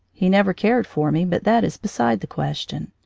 he never cared for me, but that is beside the question.